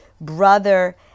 brother